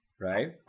right